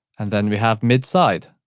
and then we have mid side,